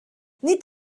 nid